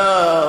אתה,